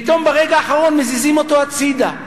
פתאום ברגע האחרון מזיזים אותו הצדה.